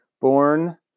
Born